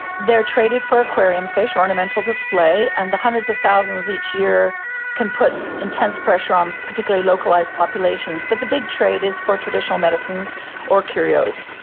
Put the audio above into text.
they are traded for aquarium fish, ornamental display, and the hundreds of thousands each year can put intense pressure on particularly localised populations. but the big trade is for traditional medicines or curios.